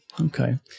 Okay